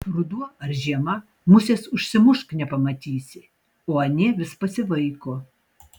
ruduo ar žiema musės užsimušk nepamatysi o anie vis pasivaiko